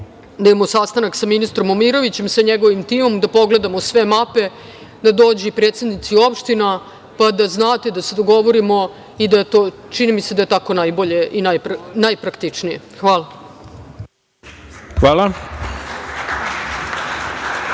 da imamo sastanak sa ministrom Momirovićem, sa njegovim timom, da pogledamo sve mape, da dođu i predsednici opština, pa da znate, da se dogovorimo. Čini mi se da je tako najbolje i najpraktičnije. Hvala. **Ivica